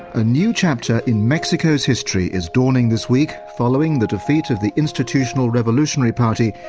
a new chapter in mexico's history is dawning this week, following the defeat of the institutional revolutionary party,